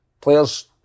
Players